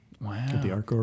Wow